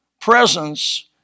presence